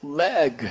leg